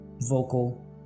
vocal